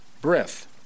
breath